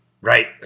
Right